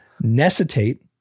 necessitate